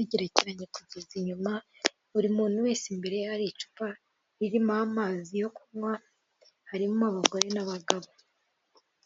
bikoresho by'ikoranabuhanga ndetse inyuma ye hakaba hari idarapo ry'u Rwanda.